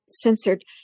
censored